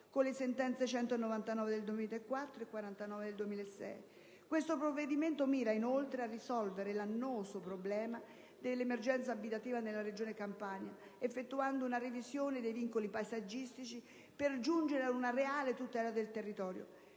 che aveva fatto prima il collega). Il provvedimento mira, inoltre, a risolvere l'annoso problema dell'emergenza abitativa nella Regione Campania, effettuando una revisione dei vincoli paesaggistici per giungere a una reale tutela del territorio.